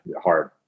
hard